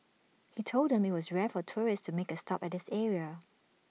he told them IT was rare for tourists to make A stop at this area